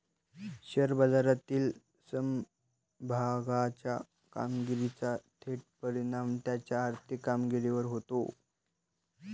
share बाजारातील समभागाच्या कामगिरीचा थेट परिणाम त्याच्या आर्थिक कामगिरीवर होतो